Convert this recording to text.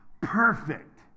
perfect